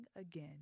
again